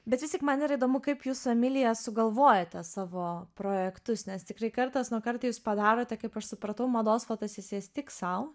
bet vis tik man yra įdomu kaip jūs su emilija sugalvojate savo projektus nes tikrai kartas nuo kart jūs padarote kaip aš supratau mados fotosesijas tik sau